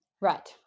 Right